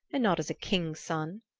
and not as a king's son.